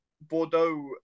Bordeaux